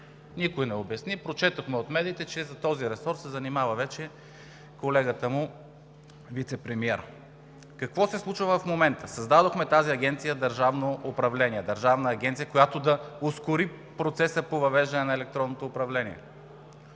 никой не обясни. Прочетохме от медиите, че с този ресор се занимава вече колегата му вицепремиер. Какво се случва в момента? Създадохме тази държавна агенция, която да ускори процеса по въвеждане на електронното управление.